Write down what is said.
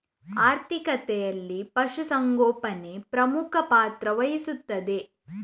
ಆರ್ಥಿಕತೆಯಲ್ಲಿ ಪಶು ಸಂಗೋಪನೆ ಪ್ರಮುಖ ಪಾತ್ರ ವಹಿಸುತ್ತದೆ